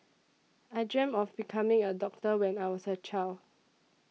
I dreamt of becoming a doctor when I was a child